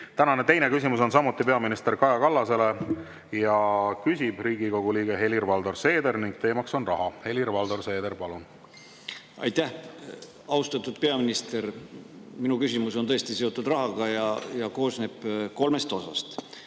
Tänane teine küsimus on samuti peaminister Kaja Kallasele, küsib Riigikogu liige Helir-Valdor Seeder ning teema on raha. Helir-Valdor Seeder, palun! Aitäh! Austatud peaminister! Minu küsimus on tõesti seotud rahaga ja koosneb kolmest osast.